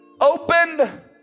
open